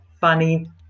funny